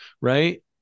right